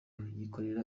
yikorera